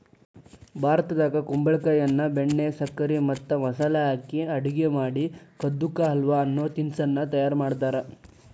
ಭಾರತದಾಗ ಕುಂಬಳಕಾಯಿಯನ್ನ ಬೆಣ್ಣೆ, ಸಕ್ಕರೆ ಮತ್ತ ಮಸಾಲೆ ಹಾಕಿ ಅಡುಗೆ ಮಾಡಿ ಕದ್ದು ಕಾ ಹಲ್ವ ಅನ್ನೋ ತಿನಸ್ಸನ್ನ ತಯಾರ್ ಮಾಡ್ತಾರ